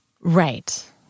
Right